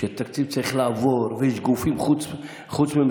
שתקציב צריך לעבור ויש גופים חוץ-ממשלתיים,